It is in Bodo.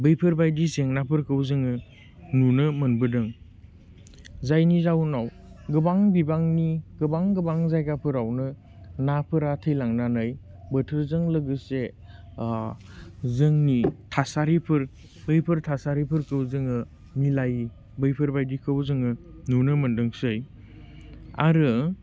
बैफोर बायदि जेंनाफोरखौ जोङो नुनो मोनबोदों जायनि जाउनाव गोबां बिबांनि गोबां गोबां जायगाफोरावनो नाफोरा थैलांनानै बोथोरजों लोगोसे जोंनि थासारिफोर बैफोर थासारिफोरखौ जोङो मिलायै बैफोर बायदिखौ जोङो नुनो मोनदोंसै आरो